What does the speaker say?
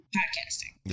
podcasting